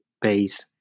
base